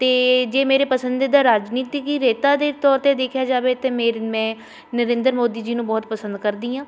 ਅਤੇ ਜੇ ਮੇਰੇ ਪਸੰਦੀਦਾ ਰਾਜਨੀਤਿਕ ਨੇਤਾ ਦੇ ਤੌਰ 'ਤੇ ਦੇਖਿਆ ਜਾਵੇ ਅਤੇ ਮੇਰੇ ਮੈਂ ਨਰਿੰਦਰ ਮੋਦੀ ਜੀ ਨੂੰ ਬਹੁਤ ਪਸੰਦ ਕਰਦੀ ਹਾਂ